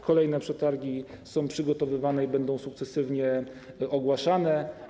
Kolejne przetargi są przygotowywane i będą sukcesywnie ogłaszane.